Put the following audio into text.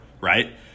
right